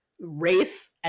race